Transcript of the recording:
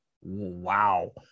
wow